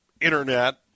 internet